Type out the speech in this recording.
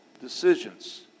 decisions